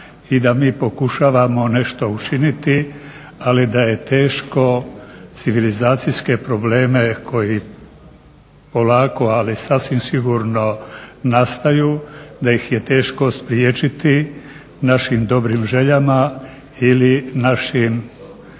I da mi pokušavamo nešto učiniti ali da je teško civilizacijske probleme koji polako ali sasvim sigurno nastaju da ih je teško spriječiti našim dobrim željama ili našim